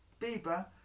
Bieber